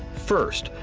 first,